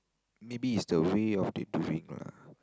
maybe it's the way of they doing lah